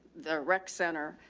the rec center.